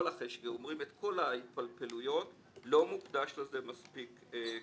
אחרי שאומרים את כל ההתפלפלויות לא מוקדש לזה מספיק כסף.